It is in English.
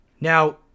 Now